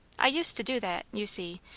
i used to do that, you see,